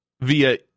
via